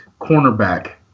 cornerback